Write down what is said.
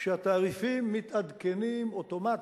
שהתעריפים מתעדכנים אוטומטית,